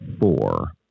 four